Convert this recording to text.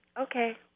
Okay